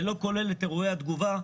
זה לא כולל את אירועי התגובה,